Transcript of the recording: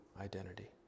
identity